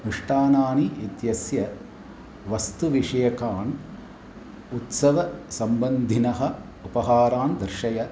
मिष्टान्नानि इत्यस्य वस्तुविषयकान् उत्सवसम्बन्धिनः उपहारान् दर्शय